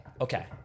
Okay